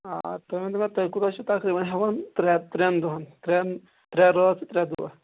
آ تُہۍ ؤنۍتَو مےٚ تُہۍ کوٗتاہ چھِوٕ تقریباً ہیٚوان ترٛیَن ترٛیَن دۅہَن ترٛیَن ترٛےٚ رٲژ ترٛےٚ دۅہ